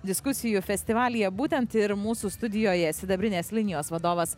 diskusijų festivalyje būtent ir mūsų studijoje sidabrinės linijos vadovas